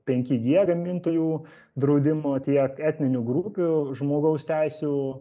penki gie gamintojų draudimu tiek etninių grupių žmogaus teisių